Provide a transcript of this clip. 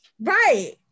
Right